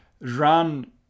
run